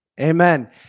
Amen